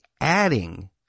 adding